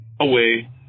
away